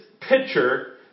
picture